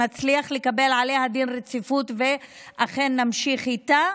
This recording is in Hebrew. שנצליח לקבל עליה דין רציפות ואכן נמשיך איתה,